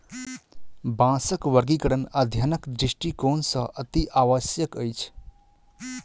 बाँसक वर्गीकरण अध्ययनक दृष्टिकोण सॅ अतिआवश्यक अछि